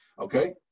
okay